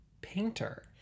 painter